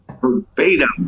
verbatim